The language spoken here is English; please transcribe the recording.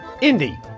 Indy